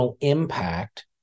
impact